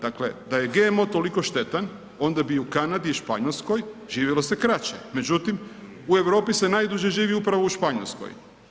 Dakle da je GMO toliko štetan onda bi se u Kanadi i Španjolskoj živjelo kraće, međutim u Europi se najduže živi upravo u Španjolskoj.